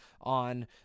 on